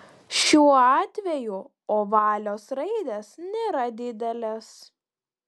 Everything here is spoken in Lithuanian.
šiuo atveju ovalios raidės nėra didelės